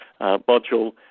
module